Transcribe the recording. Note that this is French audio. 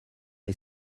est